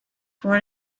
far